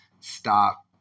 stop